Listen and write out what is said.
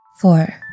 Four